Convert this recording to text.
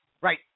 Right